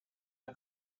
are